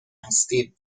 هستیم